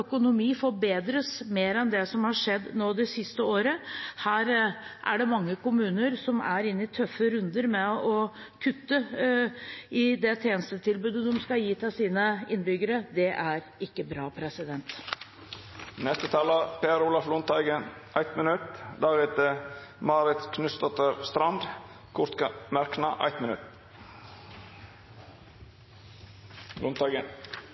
økonomi forbedres mer enn det som har skjedd nå det siste året. Det er mange kommuner som er inne i tøffe runder med å kutte i det tjenestetilbudet de skal gi til sine innbyggere. Det er ikke bra. Representanten Per Olaf Lundteigen har hatt ordet to gonger tidlegare og får ordet til ein kort merknad,